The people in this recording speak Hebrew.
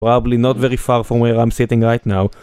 כנראה לא מאוד רחוק מהיכן שאני יושב עכשיו